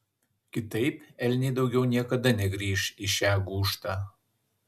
kitaip elniai daugiau niekada negrįš į šią gūžtą